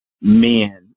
men